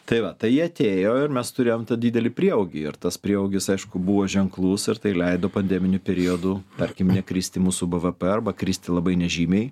tai va tai jie atėjo ir mes turėjom tą didelį prieaugį ir tas prieaugis aišku buvo ženklus ir tai leido pandeminiu periodu tarkim nekristi mūsų bvp arba kristi labai nežymiai